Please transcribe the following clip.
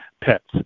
pets